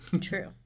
true